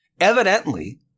evidently